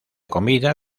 comida